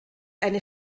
eine